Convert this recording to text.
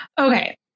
Okay